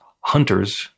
hunters